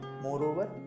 Moreover